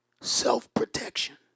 Self-protection